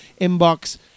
inbox